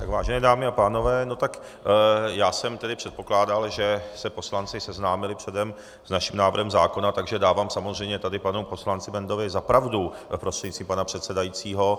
Vážené dámy a pánové, no tak já jsem tedy předpokládal, že se poslanci seznámili předem s naším návrhem zákona, takže dávám samozřejmě tady panu poslanci Bendovi za pravdu prostřednictvím pana předsedajícího.